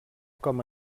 com